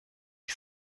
ich